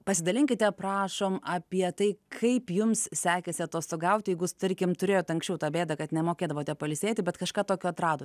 pasidalinkite prašom apie tai kaip jums sekėsi atostogauti jeigu jūs tarkim turėjot anksčiau tą bėdą kad nemokėdavote pailsėti bet kažką tokio atradot